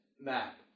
map